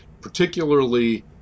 particularly